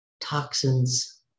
toxins